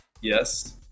yes